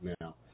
now